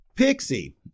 Pixie